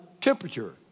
temperature